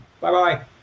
Bye-bye